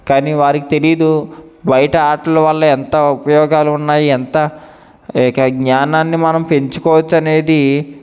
కానీ వారికి తెలీదు బయట ఆటల వల్ల ఎంత ఉపయోగాలున్నాయి ఎంత జ్ఞానాన్ని మనం పెంచుకోవచ్చు అనేది